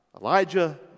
Elijah